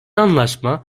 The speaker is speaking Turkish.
anlaşma